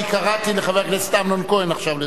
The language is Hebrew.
אני קראתי לחבר הכנסת אמנון כהן עכשיו לדבר.